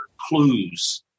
clues